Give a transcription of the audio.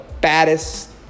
baddest